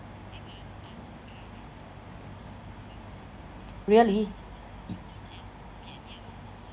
really